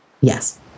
yes